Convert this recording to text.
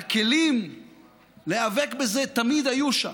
והכלים להיאבק בזה תמיד היו שם.